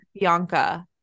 Bianca